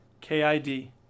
KID